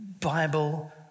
Bible